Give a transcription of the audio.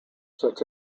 such